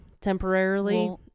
temporarily